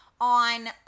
On